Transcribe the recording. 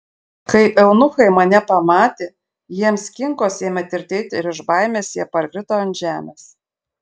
kai eunuchai mane pamatė jiems kinkos ėmė tirtėti ir iš baimės jie parkrito ant žemės